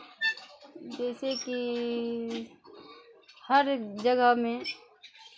जइसे कि हर जगहमे